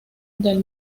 del